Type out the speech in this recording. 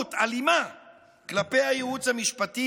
וכוחנות אלימה כלפי הייעוץ המשפטי,